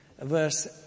verse